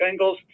Bengals